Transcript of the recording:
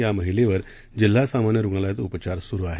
या महिलेवर जिल्हा सामान्य रुग्णालयात उपघार सुरु आहेत